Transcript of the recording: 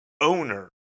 owner